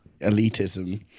elitism